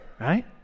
right